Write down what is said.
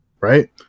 right